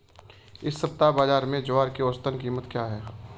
इस सप्ताह बाज़ार में ज्वार की औसतन कीमत क्या रहेगी?